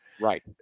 Right